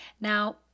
now